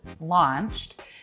launched